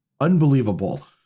unbelievable